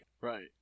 Right